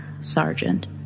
Sergeant